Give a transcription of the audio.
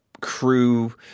crew